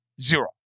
Zero